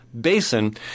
Basin